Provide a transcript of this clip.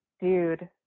dude